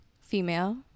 female